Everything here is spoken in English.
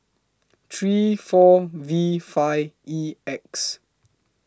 three four V five E X